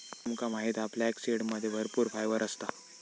तुमका माहित हा फ्लॅक्ससीडमध्ये भरपूर फायबर असता